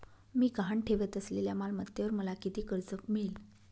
मी गहाण ठेवत असलेल्या मालमत्तेवर मला किती कर्ज मिळेल?